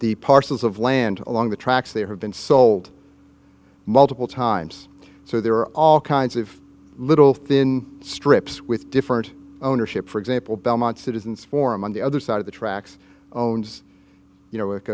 the parcels of land along the tracks there have been sold multiple times so there are all kinds of little thin strips with different ownership for example belmont citizens forum on the other side of the tracks owns you know